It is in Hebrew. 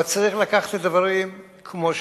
אבל צריך לקחת את הדברים כמו שהם.